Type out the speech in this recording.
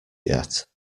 yet